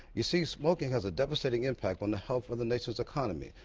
you see, smoking has a devastating impact on the health of the nation's economy,